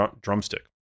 drumstick